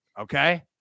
okay